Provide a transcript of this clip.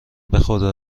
بخدا